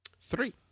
Three